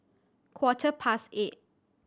quarter past eight